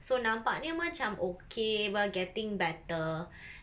so nampaknya macam okay we're getting better